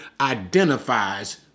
identifies